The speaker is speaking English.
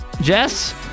Jess